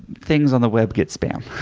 things on the web get spammed.